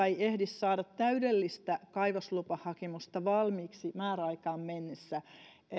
ei ehdi saada täydellistä kaivoslupahakemusta valmiiksi määräaikaan mennessä